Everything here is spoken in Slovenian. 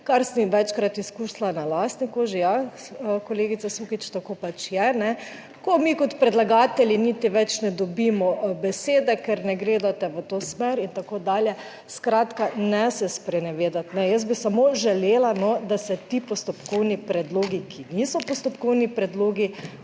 kar sem večkrat izkusila na lastni koži, ja, kolegica Sukič, tako pač je. Ko mi, kot predlagatelji, niti več ne dobimo besede, ker ne gledate v to smer in tako dalje. Skratka, ne se sprenevedati. Jaz bi samo želela, no, da se ti postopkovni predlogi, ki niso postopkovni predlogi